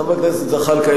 חבר הכנסת זחאלקה,